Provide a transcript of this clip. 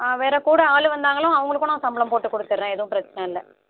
ஆ வேறு கூட ஆள் வந்தாங்களும் அவங்களுக்கு நான் சம்பளம் போட்டு கொடுத்துட்றேன் எது பிரச்சனல்ல